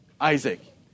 Isaac